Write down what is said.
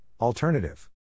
alternative